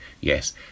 Yes